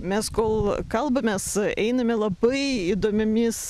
mes kol kalbamės einame labai įdomiomis